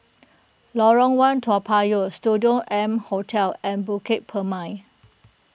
Lorong one Toa Payoh Studio M Hotel and Bukit Purmei